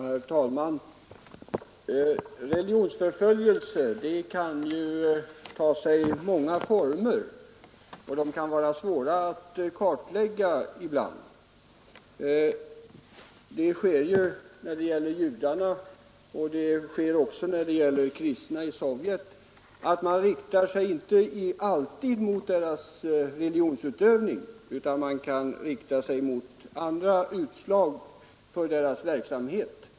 Herr talman! Religionsförföljelse kan ju ta sig många former, som ibland kan vara svåra att kartlägga. När det gäller judarna och de kristna i Sovjet riktar man sig inte alltid mot religionsutövningen utan i stället mot andra utslag av deras verksamhet.